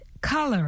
color